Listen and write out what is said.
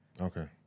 Okay